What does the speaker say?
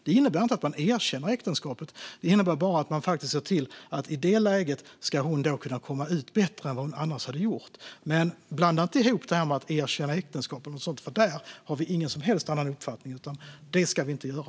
Det innebär inte att man erkänner äktenskapet, utan det innebär bara att man ser till att hon i det läget kan komma ut bättre än vad hon annars hade gjort. Blanda inte ihop detta med att erkänna äktenskap. Där har vi ingen som helst annan uppfattning. Det ska vi inte göra.